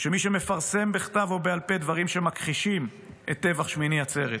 מי שמפרסם בכתב או בעל פה דברים שמכחישים את טבח שמיני עצרת,